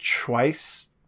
twice